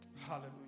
Hallelujah